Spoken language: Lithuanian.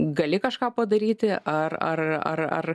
gali kažką padaryti ar ar ar ar